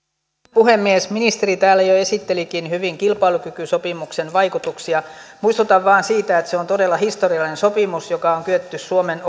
puhemies ministeri täällä jo esittelikin hyvin kilpailukykysopimuksen vaikutuksia muistutan vain siitä että se on todella historiallinen sopimus joka on kyetty suomen